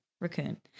raccoon